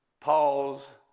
Paul's